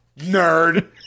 nerd